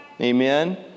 Amen